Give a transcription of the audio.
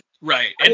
Right